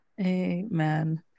Amen